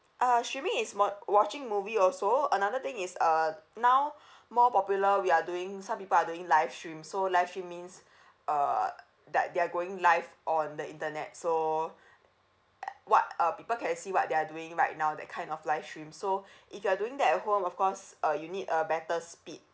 uh streaming is mo~ watching movie also another thing is uh now more popular we are doing some people are doing livestream so livestream means uh like they are going live on the internet so what uh people can see what they're doing right now that kind of livestream so if you're doing that at home of course uh you need a better speed